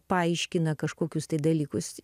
paaiškina kažkokius tai dalykus į